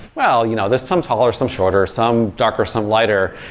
well, you know there's some taller, some shorter, some darker, some lighter,